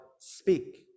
speak